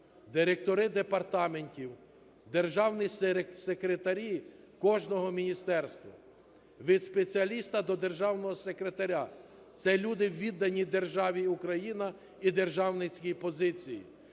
директори департаментів, державні секретарі кожного міністерства. Від спеціаліста до державного секретаря – це люди віддані державі Україна і державницькій позиції,